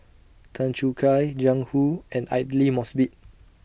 Tan Choo Kai Jiang Hu and Aidli Mosbit